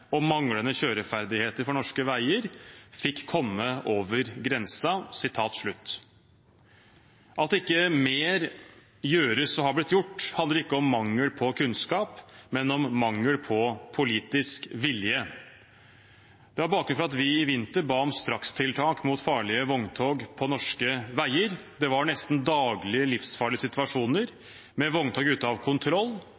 og manglende kjøreferdigheter for norske veier får komme over grensa.» At ikke mer gjøres og har blitt gjort, handler ikke om mangel på kunnskap, men om mangel på politisk vilje. Det er bakgrunnen for at vi i vinter ba om strakstiltak mot farlige vogntog på norske veier. Det var nesten daglig livsfarlige